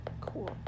Cool